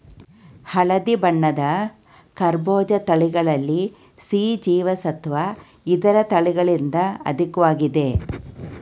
ಹಳದಿ ಬಣ್ಣದ ಕರ್ಬೂಜ ತಳಿಗಳಲ್ಲಿ ಸಿ ಜೀವಸತ್ವ ಇತರ ತಳಿಗಳಿಗಿಂತ ಅಧಿಕ್ವಾಗಿದೆ